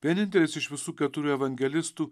vienintelis iš visų keturių evangelistų